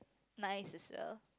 nice as well